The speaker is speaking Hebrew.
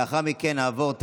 לאחר מכן נעבור,